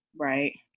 right